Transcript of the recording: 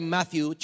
Matthew